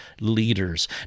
leaders